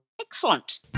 Excellent